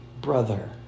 brother